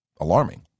alarming